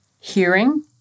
hearing